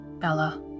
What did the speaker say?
Bella